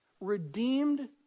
redeemed